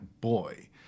boy